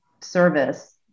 service